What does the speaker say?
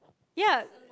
ya